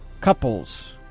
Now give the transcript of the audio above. couples